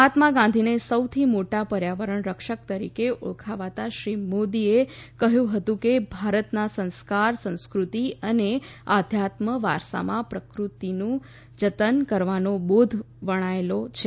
મહાત્મા ગાંધીને સૌથી મોટા પર્યાવરણ રક્ષક તરીકે ઓળખવતા શ્રી મોદી એ કહ્યું હતું કે ભારતના સંસ્કાર સંસ્કૃતિ અને અધ્યાત્મ વારસામાં પ્રકૃતિનું જતન કરવાનો બોધ વણાયેલો છે